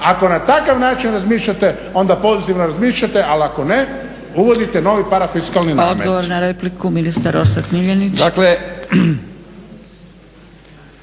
Ako na takav način razmišljate onda pozitivno razmišljate, ali ako ne uvodite novi parafiskalni namet.